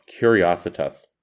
curiositas